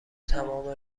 تمام